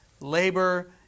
Labor